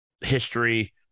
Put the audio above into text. history